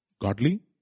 godly